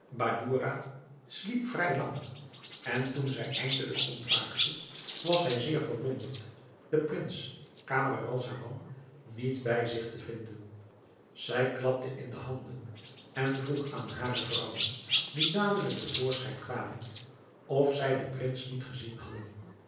badoura sliep vrij lang en toen zij eindelijk ontwaakte was zij zeer verwonderd den prins camaralzaman niet bij zich te vinden zij klapte in de handen en vroeg aan hare vrouwen die dadelijk te voorschijn kwamen of zij den prins niet gezien hadden